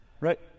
Right